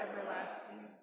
everlasting